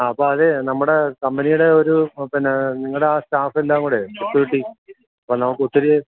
ആ അപ്പം അതേ നമ്മുടെ കമ്പനിയുടെ ഒരു പിന്നെ നിങ്ങളുടെ സ്റ്റാഫ് എല്ലാം കൂടെ വിളിച്ചു കൂട്ടി അപ്പം നമ്മൾക്ക് ഒത്തിരി